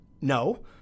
No